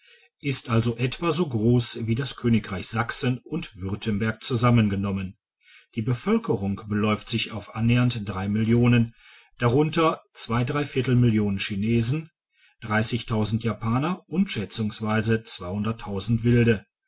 ist also etwa so gross wie das königreich sachsen und württemberg zusammengenommen die bevölkerung beläuft sich auf annähernd drei millionen darunter zwei chinesen japan und schätzungsweise